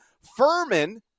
Furman